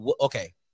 Okay